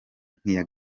nk’iya